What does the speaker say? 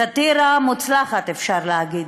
סאטירה מוצלחת, אפשר להגיד.